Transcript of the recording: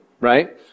right